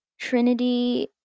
Trinity